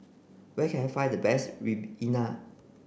where can I find the best